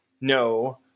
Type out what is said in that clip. no